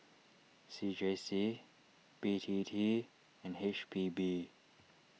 C J C B T T and H P B